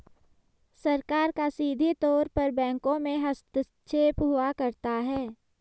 सरकार का सीधे तौर पर बैंकों में हस्तक्षेप हुआ करता है